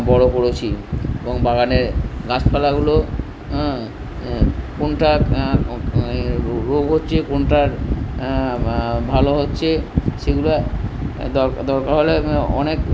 বড়ো করেছি এবং বাগানে গাছপালাগুলো কোনটার রোগ হচ্ছে কোনটার ভালো হচ্ছে সেগুলো দরকার হলে অনেক